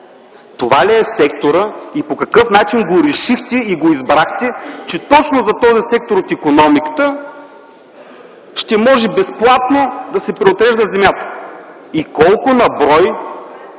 Това ли е секторът и по какъв начин решихте и избрахте, че точно за този сектор от икономиката ще може безплатно да се преотрежда земята? И колко на брой